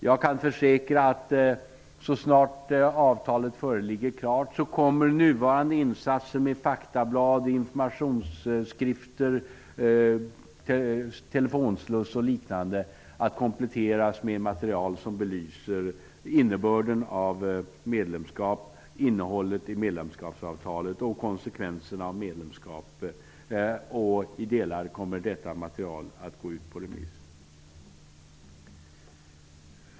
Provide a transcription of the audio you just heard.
Jag kan försäkra att så snart avtalet föreligger klart kommer nuvarande insatser med faktablad, informationsskrifter, telefonslussar och liknande att kompletteras med material som belyser innebörden av medlemskapet, innehållet i medlemsavtalet och konsekvenserna av medlemskapet. I delar kommer detta material att gå ut på remiss.